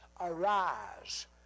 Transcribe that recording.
Arise